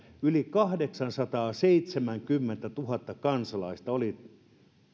yli kahdeksansataaseitsemänkymmentätuhatta kansalaista oli